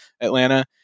atlanta